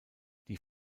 die